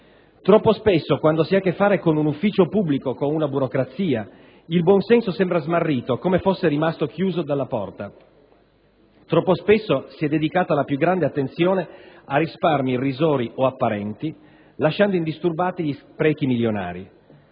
Troppo spesso quando si ha a che fare con un ufficio pubblico o con una burocrazia il buonsenso sembra smarrito, come fosse rimasto fuori dalla porta. Troppo spesso si è dedicata grande attenzione a risparmi irrisori o apparenti, lasciando indisturbati sprechi milionari.